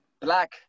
black